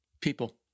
people